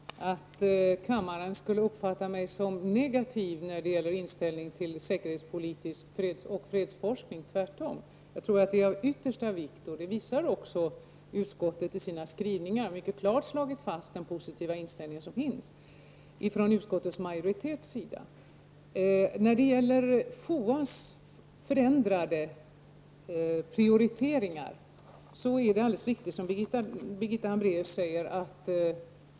Fru talman! Jag hoppas verkligen att kammaren inte uppfattar mig som negativ när det gäller inställningen till säkerhetspolitisk forskning och fredsforskning. Det är tvärtom. Jag tror att den är av yttersta vikt. Det visar också utskottet i sina skrivningar. Utskottsmajoriteten har mycket klart slagit fast den positiva inställning som finns. Det är alldeles riktigt som Birgitta Hambraeus säger att FOAS prioritering förändrats.